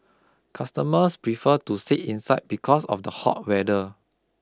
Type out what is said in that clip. customers prefer to sit inside because of the hot weather